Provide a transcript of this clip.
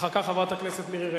אחר כך, חברת הכנסת מירי רגב.